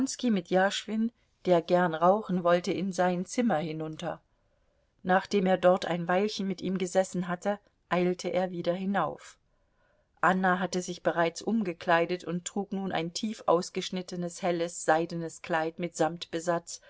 mit jaschwin der gern rauchen wollte in sein zimmer hinunter nachdem er dort ein weilchen mit ihm gesessen hatte eilte er wieder hinauf anna hatte sich bereits umgekleidet und trug nun ein tief ausgeschnittenes helles seidenes kleid mit samtbesatz